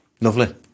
Lovely